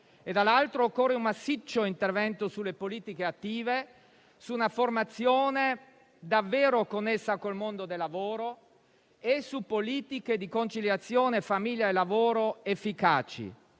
Al contempo, occorre un massiccio intervento sulle politiche attive, su una formazione davvero connessa con il mondo del lavoro, e su politiche di conciliazione famiglia e lavoro efficaci.